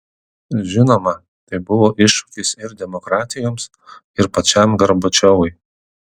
žinoma tai buvo iššūkis ir demokratijoms ir pačiam gorbačiovui